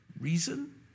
reason